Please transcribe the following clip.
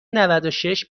نودوشش